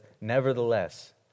Nevertheless